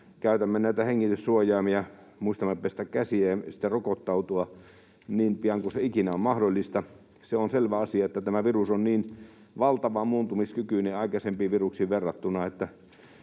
näitä hengityssuojaimia, muistamme pestä käsiä ja sitten rokottautua niin pian kuin se ikinä on mahdollista. Se on selvä asia, että tämä virus on niin valtavan muuntumiskykyinen aikaisempiin viruksiin verrattuna,